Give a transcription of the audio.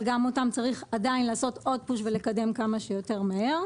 אבל גם אותן צריך לקדם כמה שיותר מהר.